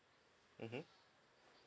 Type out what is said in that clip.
mmhmm